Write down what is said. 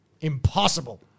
Impossible